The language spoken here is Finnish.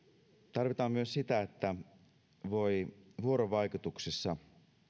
tarvitaan myös sitä että voi vuorovaikutuksessa